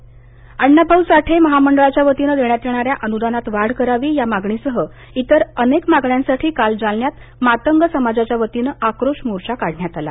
जालनाः अण्णा भाऊ साठे महामंडळाच्यावतीनं देण्यात येणाऱ्या अन्दानात वाढ करावी या मागणीसह इतर अनेक मागण्यांसाठी काल जालन्यात मातंग समाजाच्यावतीनं आक्रोश मोर्चा काढण्यात आला